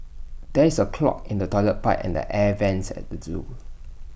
there is A clog in the Toilet Pipe and the air Vents at the Zoo